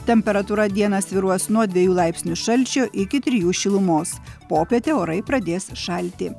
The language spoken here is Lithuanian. temperatūra dieną svyruos nuo dviejų laipsnių šalčio iki trijų šilumos popietę orai pradės šalti